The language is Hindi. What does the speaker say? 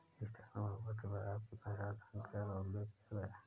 स्टॉक प्रमाणपत्र पर आपकी पहचान संख्या का उल्लेख किया गया है